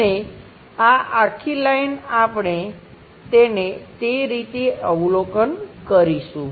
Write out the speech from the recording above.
અને આ આખી લાઈન આપણે તેને તે રીતે અવલોકન કરીશું